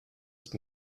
ist